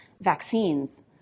vaccines